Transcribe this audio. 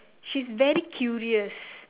she's very curious